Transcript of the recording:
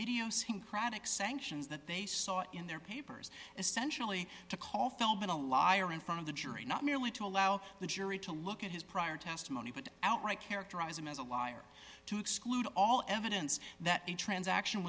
idiosyncratic sanctions that they saw in their papers essentially to call fellman a liar in front of the jury not merely to allow the jury to look at his prior testimony but outright characterize him as a liar to exclude all evidence that a transaction